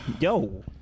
Yo